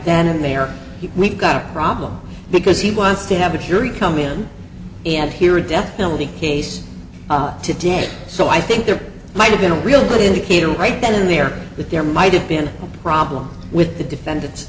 then and there we got a problem because he wants to have a jury come in and hear a death penalty case to do it so i think there might have been a real good indicator right then and there that there might have been a problem with the defendant